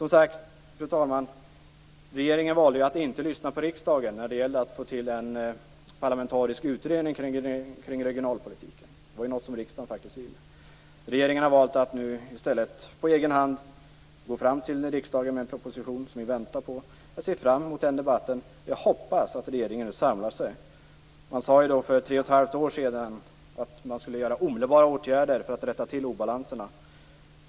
Som sagt, regeringen valde att inte lyssna på riksdagen när det gällde att få till stånd en parlamentarisk utredning kring regionalpolitiken - någonting som riksdagen faktiskt ville. Regeringen valde i stället att på egen hand lägga fram en proposition till riksdagen. Jag ser fram emot debatten om den. Jag hoppas att regeringen samlar sig. För tre och ett halvt år sedan sade man att man omedelbart skulle vidta åtgärder för att rätta till obalanserna.